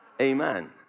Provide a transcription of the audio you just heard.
amen